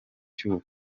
cy’u